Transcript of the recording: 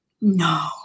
No